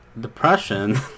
depression